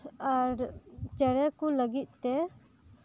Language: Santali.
ᱟᱨ ᱪᱮᱬᱮ ᱠᱚ ᱞᱟᱹᱜᱤᱫ ᱛᱮ